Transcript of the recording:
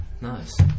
Nice